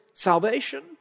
Salvation